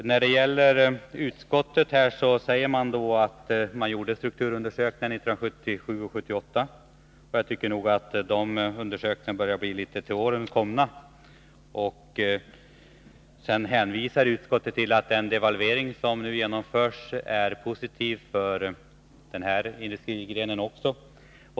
Utskottet framhåller att det gjordes strukturundersökningar 1977 och 1978, men, enligt min mening, börjar dessa undersökningar bli litet väl gamla. Vidare hänvisar utskottet till att den devalvering som nu har genomförts är positiv även för den här industrigrenen.